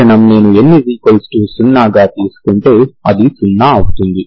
కారణం నేను n0 గా తీసుకుంటే అది 0 అవుతుంది